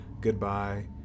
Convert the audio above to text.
goodbye